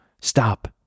stop